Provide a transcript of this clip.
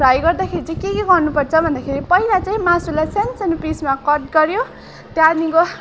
fry गर्दा चाहिँ के के गर्नु पर्छ भन्दाखेरि पहिला चाहिँ मासुलाई स्यानस्यानु पिसमा कट गर्यो त्याँदेखिनको